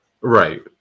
Right